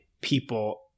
people